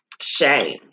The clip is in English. shame